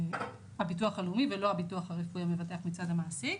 הביטוח הלאומי ולא הביטוח הרפואי המבטח מצד המעסיק.